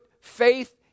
faith